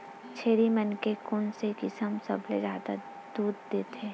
छेरी मन के कोन से किसम सबले जादा दूध देथे?